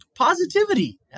positivity